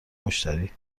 مشتری